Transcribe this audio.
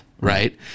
right